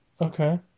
okay